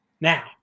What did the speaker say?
now